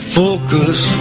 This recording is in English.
focus